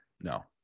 No